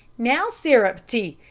now, sarepty,